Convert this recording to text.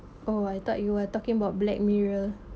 oh I thought you were talking about black mirror